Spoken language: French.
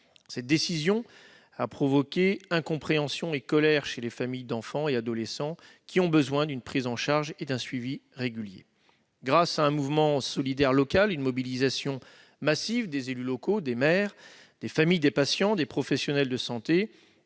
Cette décision a provoqué incompréhension et colère chez les familles d'enfants et d'adolescents qui ont besoin d'une prise en charge et d'un suivi régulier. Grâce à un mouvement solidaire local, à une mobilisation massive des élus locaux, des maires, des familles de patients et des professionnels de santé,